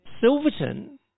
Silverton